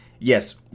Yes